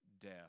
death